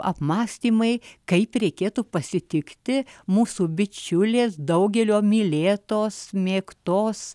apmąstymai kaip reikėtų pasitikti mūsų bičiulės daugelio mylėtos mėgtos